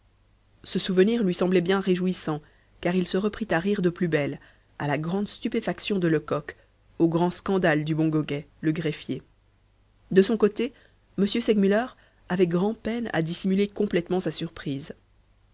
ce souvenir lui semblait bien réjouissant car il se reprit à rire de plus belle à la grande stupéfaction de lecoq au grand scandale du bon goguet le greffier de son côté m segmuller avait grand peine à dissimuler complètement sa surprise